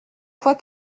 fois